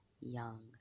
young